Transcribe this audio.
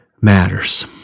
matters